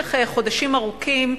במשך חודשים ארוכים,